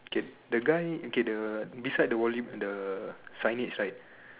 K the guy okay the beside the volley the signage right